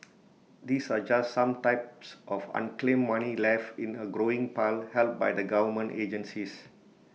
these are just some types of unclaimed money left in A growing pile held by the government agencies